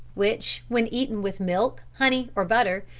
which when eaten with milk, honey or butter,